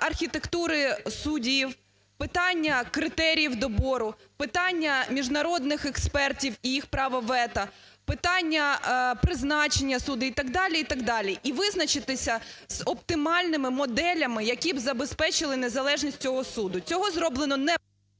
архітектури суддів, питання критеріїв добору, питання міжнародних експертів і їх право вето, питання призначення суддей і так далі, і визначитися з оптимальними моделями, які б забезпечити незалежність цього суду. Цього зроблено не...